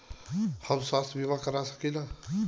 हम स्वास्थ्य बीमा करवा सकी ला?